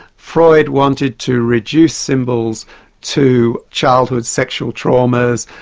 freud wanted to reduce symbols to childhood sexual traumas,